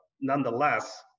Nonetheless